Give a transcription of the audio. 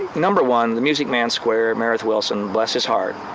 number one, the music man square meredith willson, bless his heart,